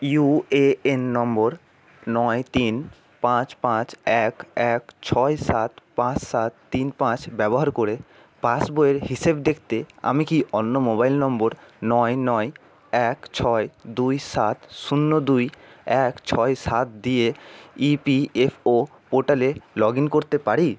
UAN number নয় তিন পাঁচ পাঁচ এক এক ছয় সাত পাঁচ সাত তিন পাঁচ ব্যবহার করে পাস বইয়ের হিসেব দেখতে আমি কি অন্য মোবাইল নম্বর নয় নয় এক ছয় দুই সাত শূন্য দুই এক ছয় সাত দিয়ে ইপিএফও পোর্টালে লগ ইন করতে পারি